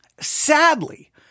sadly